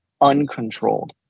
uncontrolled